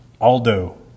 Aldo